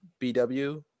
BW